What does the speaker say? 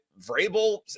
Vrabel